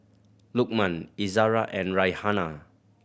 Lukman Izara and Raihana